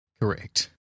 correct